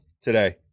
today